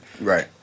right